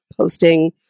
posting